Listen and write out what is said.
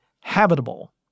habitable